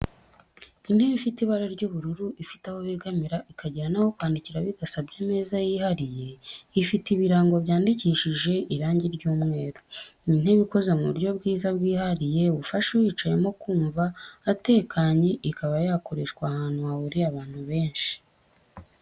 Intebe ifite ibara ry'ubururu ifite aho begamira ikagira n'aho kwandikira bidasabye ameza yihariye, ifite ibirango byandikishije irangi ry'umweru. Ni intebe ikoze mu buryo bwiza bwihariye bufasha uyicayemo kumva atekanye, ikaba yakoreshwa ahantu hahuriye abantu benshi.